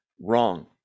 Wrong